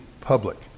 public